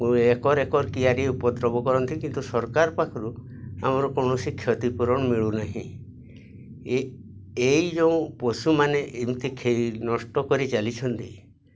acre କିଆରି ଉପଦ୍ରବ କରନ୍ତି କିନ୍ତୁ ସରକାର ପାଖରୁ ଆମର କୌଣସି କ୍ଷତିପୂରଣ ମିଳୁନାହିଁ ଏଇ ଯେଉଁ ପଶୁମାନେ ଏମିତି ନଷ୍ଟ କରି ଚାଲିଛନ୍ତି